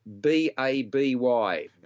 B-A-B-Y